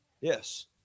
Yes